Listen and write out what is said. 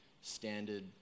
standard